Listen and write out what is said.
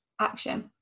Action